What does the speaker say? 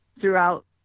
throughout